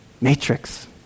Matrix